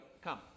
come